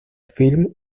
film